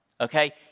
Okay